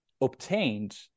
obtained